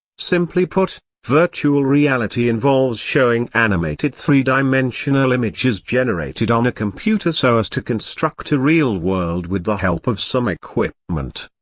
simply put, virtual reality involves showing animated three-dimensional images generated on a computer so as to construct a real world with the help of some equipment.